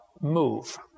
move